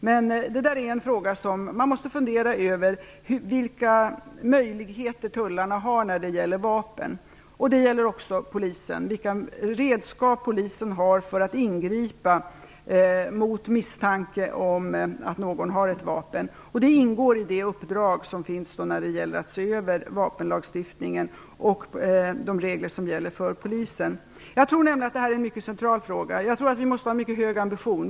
Men man måste fundera över vilka möjligheter tullarna har när det gäller vapen, och det gäller även polisen och vilka redskap polisen har för att ingripa vid misstanke om att någon har ett vapen. Det ingår i uppdraget att se över vapenlagstiftningen och de regler som gäller för polisen. Jag tror nämligen att det här är en mycket central fråga. Jag tror att vi måste ha en mycket hög ambition.